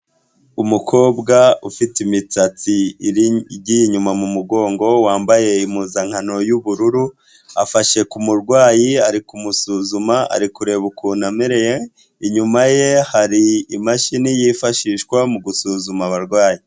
Umukobwa ufite imisatsi igiye inyuma mu mugongo wambaye impuzankano y'ubururu, afashe kumurwayi ari kumusuzuma ari kureba ukuntu amerewe, inyuma ye hari imashini yifashishwa mu gusuzuma abarwayi.